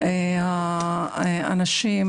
לאנשים,